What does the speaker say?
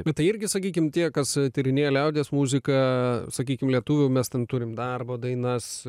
bet tai irgi sakykim tie kas tyrinėja liaudies muziką sakykim lietuvių mes ten turim darbo dainas